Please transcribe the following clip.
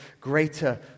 greater